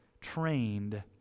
trained